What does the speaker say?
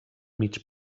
mig